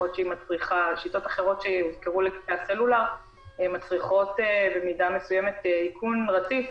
יכול להיות שהיא מצריכה שיטות אחרות שמצריכות במידה מסוימת איכון רציף,